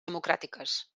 democràtiques